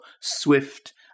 swift